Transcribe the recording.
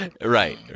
Right